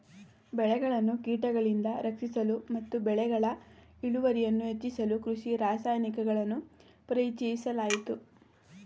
ಬೆಳೆಗಳನ್ನು ಕೀಟಗಳಿಂದ ರಕ್ಷಿಸಲು ಮತ್ತು ಬೆಳೆಗಳ ಇಳುವರಿಯನ್ನು ಹೆಚ್ಚಿಸಲು ಕೃಷಿ ರಾಸಾಯನಿಕಗಳನ್ನು ಪರಿಚಯಿಸಲಾಯಿತು